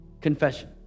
Confession